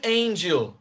angel